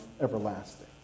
everlasting